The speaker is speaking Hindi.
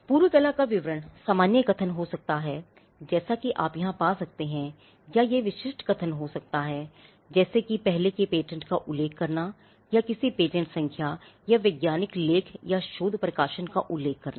पूर्व कला का विवरण सामान्य कथन हो सकता है जैसा कि आप यहां पा सकते हैं या यह विशिष्ट कथन हो सकता है जैसे कि पहले के पेटेंट का उल्लेख करना या किसी पेटेंट संख्या या वैज्ञानिक लेख या शोध प्रकाशन का उल्लेख करना